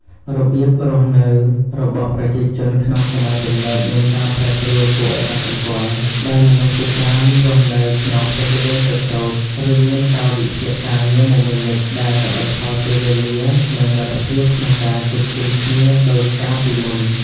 របៀបរស់នៅរបស់ប្រជាជនក្នុងសម័យទំនើបមានការប្រែប្រួលគួរឱ្យកត់សម្គាល់ ដោយមនុស្សជាច្រើនរស់នៅក្នុងផ្ទះល្វែងតូចៗ ឬមានកាលវិភាគការងារមមាញឹក ដែលកាត់បន្ថយពេលវេលា និងលទ្ធភាពក្នុងការជួបជុំគ្នាដូចកាលពីមុន។